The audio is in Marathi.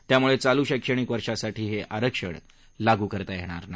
त्यामुळे चालू शक्षणिक वर्षासाठी हे आरक्षण लागू करता येणार नाही